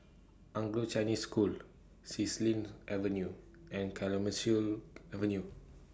Anglo Chinese School Xilin Avenue and Clemenceau Avenue